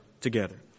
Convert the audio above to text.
together